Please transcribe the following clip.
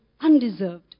undeserved